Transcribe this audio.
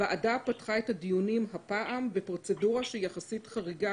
הוועדה פתחה את הדיונים הפעם בפרוצדורה שהיא יחסית חריגה